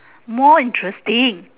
more interesting